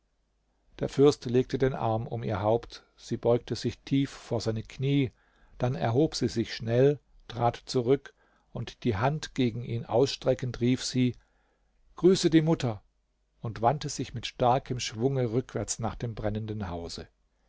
der fürst legte den arm um ihr haupt sie beugte sich tief vor seine knie dann erhob sie sich schnell trat zurück und die hand gegen ihn ausstreckend rief sie grüße die mutter und wandte sich mit starkem schwunge rückwärts nach dem brennenden hause